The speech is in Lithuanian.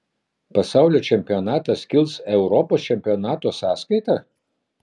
pasaulio čempionatas kils europos čempionato sąskaita